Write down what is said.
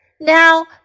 Now